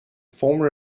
former